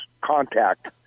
contact